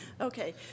okay